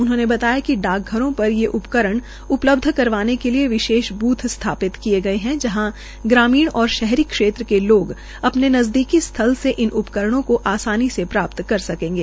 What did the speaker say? उन्होने बताया कि डाकघरों पर यह उपकरण उपलब्ध करवाने के लिए विशेष बूथ स्थापित किये गये हैं जहां ग्रामीण और शहरी क्षेत्र के लोग अपने नजदीकी स्थल से इन उपकरणों को आसानी से प्राप्त कर सकेंगे